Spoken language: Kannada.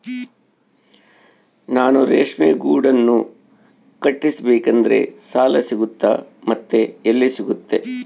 ನಾನು ರೇಷ್ಮೆ ಗೂಡನ್ನು ಕಟ್ಟಿಸ್ಬೇಕಂದ್ರೆ ಸಾಲ ಸಿಗುತ್ತಾ ಮತ್ತೆ ಎಲ್ಲಿ ಸಿಗುತ್ತೆ?